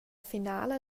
finala